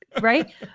right